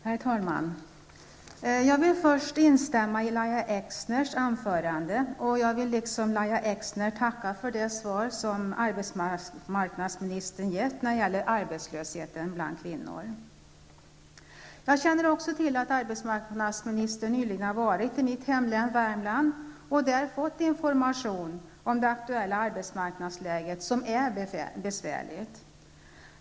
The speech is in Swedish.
Herr talman! Jag vill först instämma i Lahja Exners anförande, och jag vill liksom Lahja Exner tacka för det svar som arbetsmarknadsministern gett när det gäller arbetslösheten bland kvinnor. Jag känner också till att arbetsmarknadsministern nyligen har varit i mitt hemlän Värmland och där fått information om det aktuella arbetsmarknadsläget, som är besvärligt.